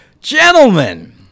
Gentlemen